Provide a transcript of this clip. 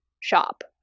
shop